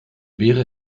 wäre